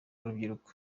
urubyiruko